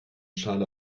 schale